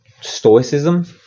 stoicism